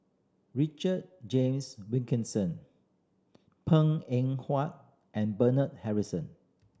Richard James Wilkinson Png Eng Huat and Bernard Harrison